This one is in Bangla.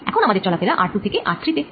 এখন আমাদের চলাফেরা r2 থেকে r3 তে